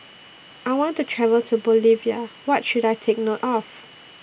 I want to travel to Bolivia What should I Take note of